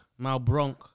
Malbronk